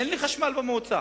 אין לי חשמל במועצה.